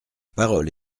parole